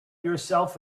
yourself